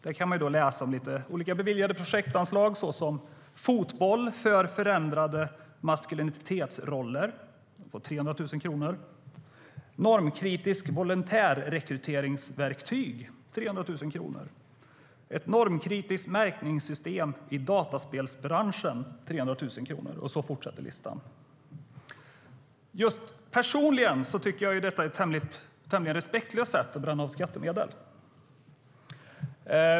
Där kan man läsa om lite olika beviljade projektanslag såsom fotboll för förändrade maskulinitetsroller. Det får 300 000 kronor. Det finns normkritiskt volontärrekryteringsverktyg som får 300 000 kronor, ett normkritiskt märkningssystem i dataspelsbranschen som får 300 000 kronor, och så fortsätter listan. Personligen tycker jag att det är ett tämligen respektlöst sätt att bränna av skattemedel.